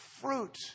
fruit